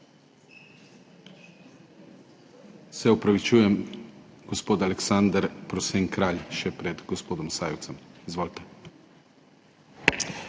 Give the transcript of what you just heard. Se opravičujem, gospod Aleksander Prosen Kralj, še pred gospodom Sajevicem. Izvolite.